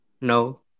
No